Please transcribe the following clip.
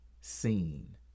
seen